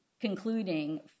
concluding